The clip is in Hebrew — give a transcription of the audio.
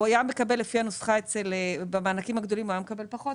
לפי הנוסחה במענקים הגדולים הוא היה מקבל פחות.